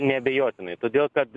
neabejotinai todėl kad